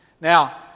Now